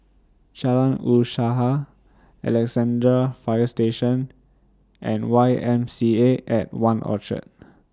Jalan Usaha Alexandra Fire Station and Y M C A At one Orchard